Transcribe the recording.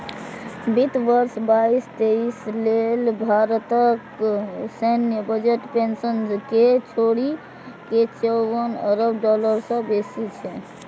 वित्त वर्ष बाईस तेइस लेल भारतक सैन्य बजट पेंशन कें छोड़ि के चौवन अरब डॉलर सं बेसी छै